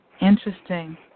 Interesting